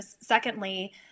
secondly